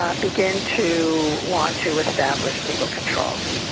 um begin to want to establish legal controls.